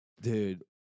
dude